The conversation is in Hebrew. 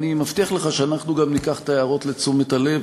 ואני מבטיח לך שאנחנו גם ניקח את ההערות לתשומת הלב